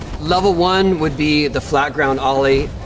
level one would be the flat-ground ollie.